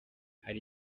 hari